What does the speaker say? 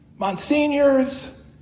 monsignors